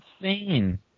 insane